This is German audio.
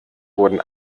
wurden